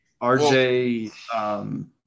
RJ